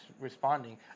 responding